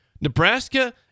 Nebraska